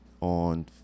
on